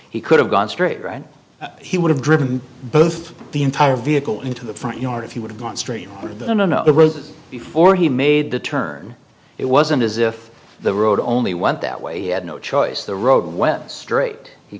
he could have gone straight right he would have driven both the entire vehicle into the front yard if you would have gone straight to the know it was before he made the turn it wasn't as if the road only went that way no choice the road went straight he